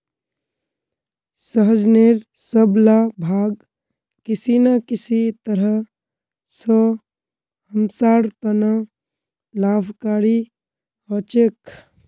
सहजनेर सब ला भाग किसी न किसी तरह स हमसार त न लाभकारी ह छेक